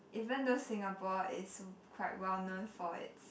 even though Singapore is quite well known for it's